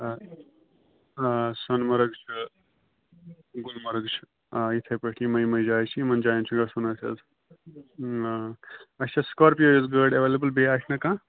آ سۄنہٕ مرگ چھُ گُلمرَگ چھُ آ اِتھٕے پٲٹھۍ یِمٕے یِمٕے جایہِ چھِ یِمَن جایَن چھُ اَسہِ گژھُن حظ آ اَسہِ چھا سِکارپِیُو یٲژ گٲڑۍ ایٚوَلیبُل بیٚیہِ آسہِ نا کانٛہہ